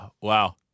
wow